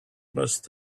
must